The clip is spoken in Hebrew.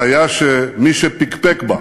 שהיה מי שפקפק בה,